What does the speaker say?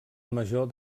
major